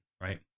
right